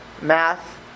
math